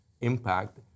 impact